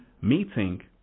meeting